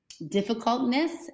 difficultness